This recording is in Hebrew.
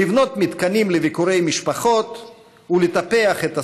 לבנות מתקנים לביקורי משפחות ולטפח את הסביבה.